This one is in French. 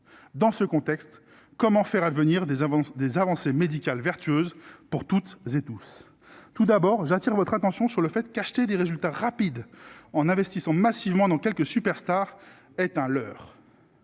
dans ce contexte, comment faire advenir des avances des avancées médicales vertueuse pour toutes et tous, tout d'abord, j'attire votre attention sur le fait qu'acheter des résultats rapides en investissant massivement dans quelques superstars est un leurre,